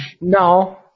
No